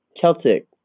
Celtic